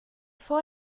vor